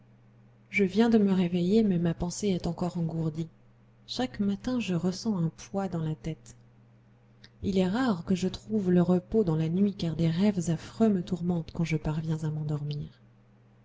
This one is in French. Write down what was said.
je viens de me réveiller mais ma pensée est encore engourdie chaque matin je ressens un poids dans la tête il est rare que je trouve le repos dans la nuit car des rêves affreux me tourmentent quand je parviens à m'endormir